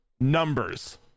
numbers